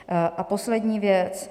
A poslední věc.